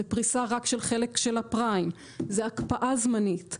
זה פריסה רק של חלק של הפריים, זו הקפאה זמנית.